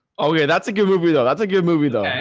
oh yeah. that's a good movie though. that's a good movie though.